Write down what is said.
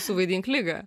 suvaidink ligą